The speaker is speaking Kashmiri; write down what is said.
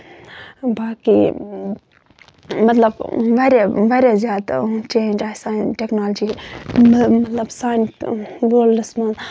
باقٕے مطلب واریاہ واریاہ زیادٕ جینج آیہِ سانہِ ٹیٚکنالجی مطلب سانہِ وٲلڑَس منٛز